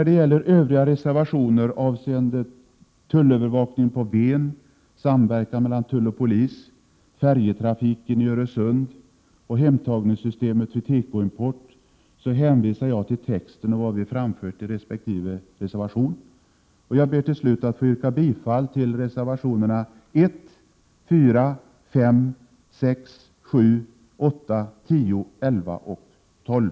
Beträffande övriga reservationer avseende tullövervakning på Ven, samverkan mellan tull och polis, färjetrafiken i Öresund samt hemtagningssystemet vid tekoimport, hänvisar jag till texten i betänkandet och vad vi framfört i resp. reservation. Jag ber till slut att få yrka bifall till reservationerna 1, 4, 5, 6, 7, 8, 10, 11 och 12.